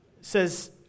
says